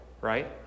right